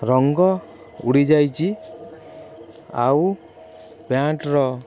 ରଙ୍ଗ ଉଡ଼ିଯାଇଛି ଆଉ ପ୍ୟାଣ୍ଟ୍ର